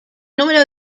número